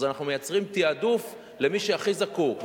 אנחנו מייצרים תעדוף למי שהכי זקוק.